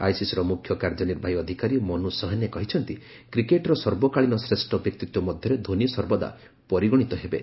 ଆଇସିସିର ମୁଖ୍ୟ କାର୍ଯ୍ୟନିର୍ବାହୀ ଅଧିକାରୀ ମନୁ ସହନେ କହିଛନ୍ତି କ୍ରିକେଟ୍ର ସର୍ବକାଳୀନ ଶ୍ରେଷ ବ୍ୟକ୍ତିତ୍ୱ ମଧ୍ୟରେ ଧୋନି ସର୍ବଦା ପରିଗଣିତ ହେବେ